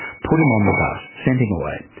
put him on the bus, sent him away.